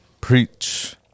Preach